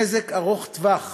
נזק ארוך טווח